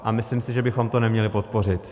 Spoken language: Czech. A myslím si, že bychom to neměli podpořit.